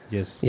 Yes